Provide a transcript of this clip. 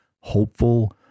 hopeful